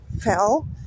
fell